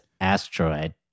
asteroid